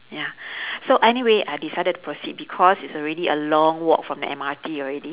ya so anyway I decided to proceed because it's already a long walk from the M_R_T already